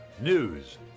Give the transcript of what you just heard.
News